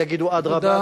יגידו: אדרבה.